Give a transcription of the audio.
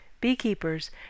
Beekeepers